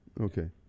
Okay